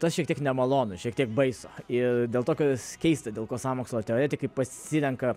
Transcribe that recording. tas šiek tiek nemalonu šiek tiek baisu ir dėl to kas keista dėl ko sąmokslo teoretikai pasirenka